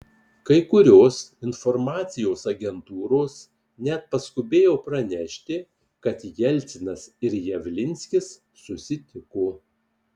kai kurios informacijos agentūros net paskubėjo pranešti kad jelcinas ir javlinskis susitiko